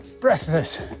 breathless